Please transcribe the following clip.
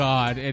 God